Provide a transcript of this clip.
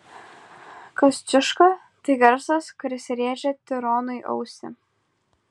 kosciuška tai garsas kuris rėžia tironui ausį